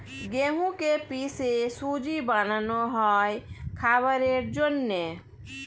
গেহুকে পিষে সুজি বানানো হয় খাবারের জন্যে